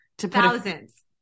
thousands